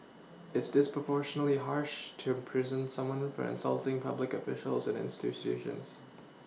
it's disproportionately harsh to imprison someone for insulting public officials and institutions